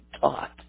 taught